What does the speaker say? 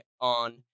on